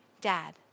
dad